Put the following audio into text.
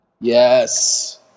Yes